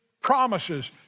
promises